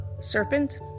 serpent